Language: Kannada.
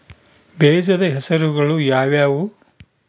ಬೇಜದ ಹೆಸರುಗಳು ಯಾವ್ಯಾವು?